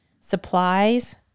Supplies